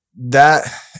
that-